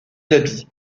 l’habit